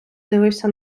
дивився